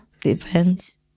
depends